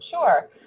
Sure